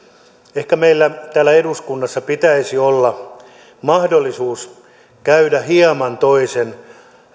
ehkä meillä täällä eduskunnassa pitäisi olla mahdollisuus käydä hieman toisen